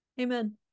Amen